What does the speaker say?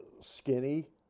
skinny